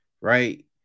right